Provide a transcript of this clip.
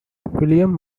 william